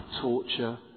torture